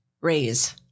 raise